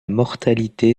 mortalité